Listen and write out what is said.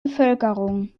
bevölkerung